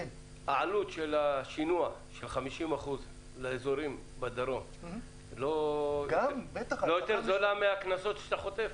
עלות השינוע לאזורים בדרום היא לא יותר זולה מהקנסות שאתה חוטף?